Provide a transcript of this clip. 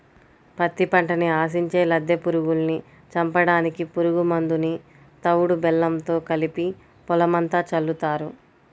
పత్తి పంటని ఆశించే లద్దె పురుగుల్ని చంపడానికి పురుగు మందుని తవుడు బెల్లంతో కలిపి పొలమంతా చల్లుతారు